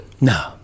No